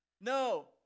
No